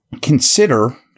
consider –